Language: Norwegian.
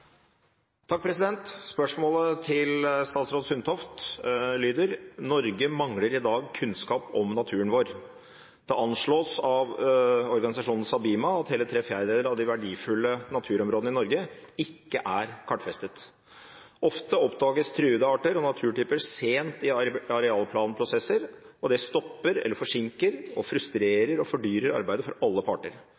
Spørsmålet til statsråd Sundtoft lyder: «I Norge mangler vi i dag kunnskap om naturen vår. Det anslås av SABIMA at hele ¾ av de mest verdifulle naturområdene i Norge ikke er lokalisert. Ofte oppdages truede arter og naturtyper sent i en arealplanprosess, noe som stopper eller forsinker, frustrerer og